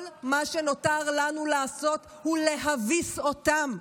כל מה שנותר לנו לעשות הוא להביס אותם,